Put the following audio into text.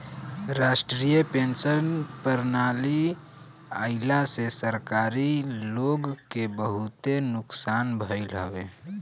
राष्ट्रीय पेंशन प्रणाली आईला से सरकारी लोग के बहुते नुकसान भईल हवे